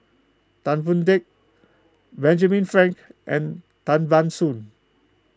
Tan Boon Teik Benjamin Frank and Tan Ban Soon